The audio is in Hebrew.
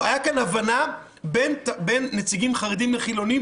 הייתה הבנה בין נציגים חרדים לחילוניים